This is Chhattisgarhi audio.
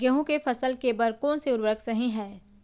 गेहूँ के फसल के बर कोन से उर्वरक सही है?